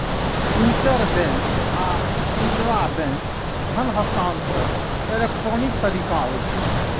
interbank आ intrabank धन हस्तांतरण इलेक्ट्रॉनिक तरीका होइ छै